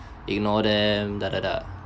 ignore them